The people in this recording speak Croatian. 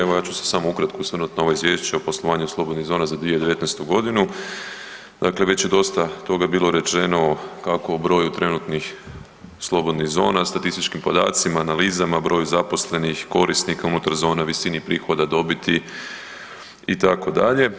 Evo ja ću se samo ukratko osvrnuti na ovo Izvješće o poslovanju slobodnih zona za 2019. g. Dakle već je dosta toga bilo rečeno, kako o broju trenutnih slobodnih zona, statističkim podacima, analizama, broju zaposlenih korisnika unutar zona, visini prihoda, dobiti, itd.